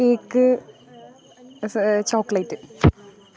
cake സ് chocolate